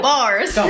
Bars